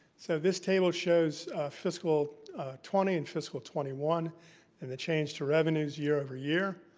so, this table shows fiscal twenty and fiscal twenty one and the change to revenues year over year.